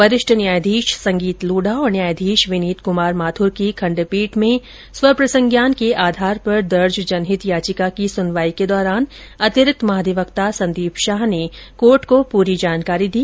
वरिष्ठ न्यायाधीश संगीत लोढ़ा और न्यायाधीश विनीत कुमार माथुर की खंडपीठ में स्वप्रसंज्ञान के आधार पर दर्ज जनहित याचिका की सुनवाई के दौरान अंतिरिक्त महाधिवक्ता संदीप शाह ने कोर्ट को पूरी जानकारी दी